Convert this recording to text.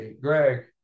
Greg